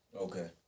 Okay